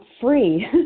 free